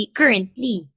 currently